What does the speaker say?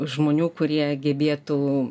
žmonių kurie gebėtų